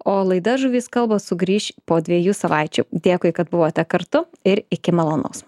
o laida žuvys kalba sugrįš po dviejų savaičių dėkui kad buvote kartu ir iki malonaus